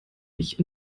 mich